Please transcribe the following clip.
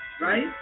right